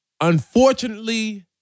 unfortunately